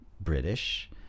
British